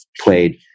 played